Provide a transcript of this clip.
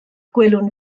gwelwn